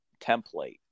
template